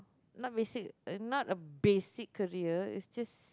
not basic not a basic career it's just